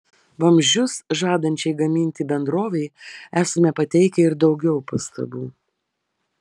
vamzdžius žadančiai gaminti bendrovei esame pateikę ir daugiau pastabų